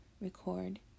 record